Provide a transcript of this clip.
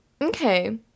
okay